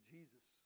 Jesus